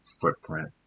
footprint